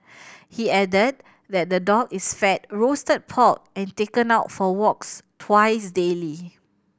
he added that the dog is fed roasted pork and taken out for walks twice daily